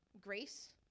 grace